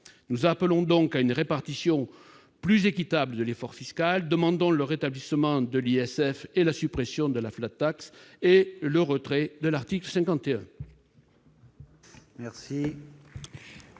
Nous appelons donc à une répartition plus équitable de l'effort fiscal ; nous demandons le rétablissement de l'ISF et la suppression de la, ainsi que le retrait de l'article 51